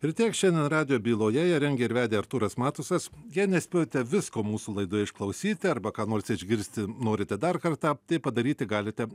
ir tiek šiandien radijo byloje ją rengė ir vedė artūras matusas jei nespėjote visko mūsų laidoje išklausyti arba ką nors išgirsti norite dar kartą tai padaryti galite